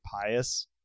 pious